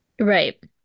Right